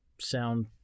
sound